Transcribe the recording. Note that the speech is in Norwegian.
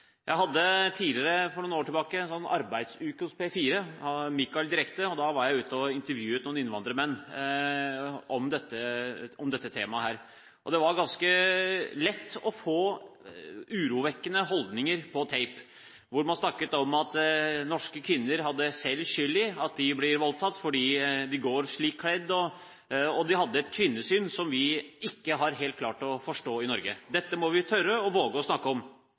Jeg hadde for noen år tilbake en arbeidsuke hos P4, «Michael Direkte», og da var jeg ute og intervjuet noen innvandrermenn om dette temaet. Det var ganske lett å få urovekkende holdninger på tape, der man snakket om at norske kvinner selv hadde skyld i at de ble voldtatt – på grunn av måten de gikk kledd på. De hadde et kvinnesyn som vi ikke helt har klart å forstå i Norge. Dette må vi tørre, våge, å snakke om.